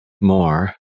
more